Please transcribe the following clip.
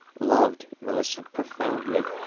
loved millicent profoundly.